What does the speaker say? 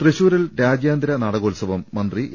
തൃശൂരിൽ രാജ്യാന്തര നാടകോത്സവം മന്ത്രി എ